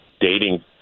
dating